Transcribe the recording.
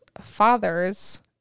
fathers